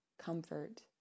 comfort